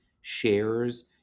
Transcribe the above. shares